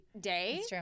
day